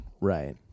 Right